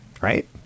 Right